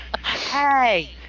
Hey